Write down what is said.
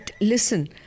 listen